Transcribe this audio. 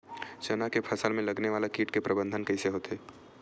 चना के फसल में लगने वाला कीट के प्रबंधन कइसे होथे?